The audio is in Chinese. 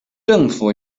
政府